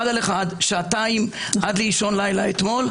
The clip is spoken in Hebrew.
על אחד במשך שעתיים עד לאישון לילה אתמול.